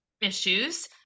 issues